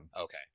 Okay